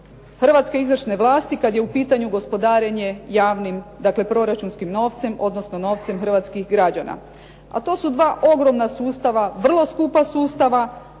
hrvatske izvršne vlasti kad je u pitanju gospodarenje javnim, dakle proračunskim novcem, odnosno novcem hrvatskih građana. A to su dva ogromna sustava, vrlo skupa sustava,